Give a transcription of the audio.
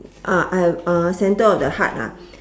uh I have uh centre of the hut ah